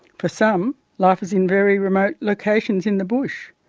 for some, life is in very remote locations in the bush.